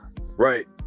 right